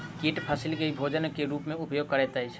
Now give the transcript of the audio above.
कीट फसील के भोजन के रूप में उपयोग करैत अछि